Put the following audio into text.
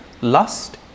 Lust